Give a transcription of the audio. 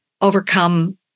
Overcome